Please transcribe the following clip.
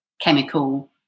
chemical